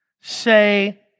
Say